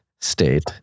state